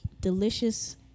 Delicious